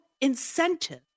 incentive